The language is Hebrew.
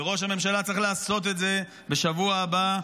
וראש הממשלה צריך לעשות את זה בשבוע הבא,